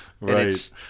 Right